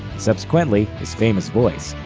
subsequently, his famous voice.